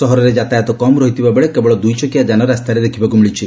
ସହରରେ ଯାତାୟତ କମ୍ ରହିଥିବାବେଳେ କେବଳ ଦ୍ରଇଚକିଆ ଯାନ ରାସ୍ତାରେ ଦେଖିବାକୃ ମିଳିଛି